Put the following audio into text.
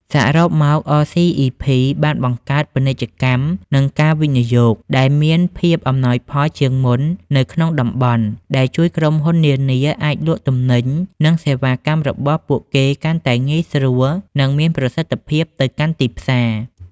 សរុបមក អ សុី អុី ភី (RCEP)បានបង្កើត ពាណិជ្ជកម្ម និងវិនិយោគដែលមានភាពអំណោយផលជាងមុននៅក្នុងតំបន់ ដែលជួយក្រុមហ៊ុននានាអាចលក់ទំនិញ និងសេវាកម្មរបស់ពួកគេកាន់តែងាយស្រួល និងមានប្រសិទ្ធភាពទៅកាន់ទីផ្សារ។